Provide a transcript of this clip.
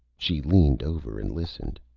she leaned over and listened.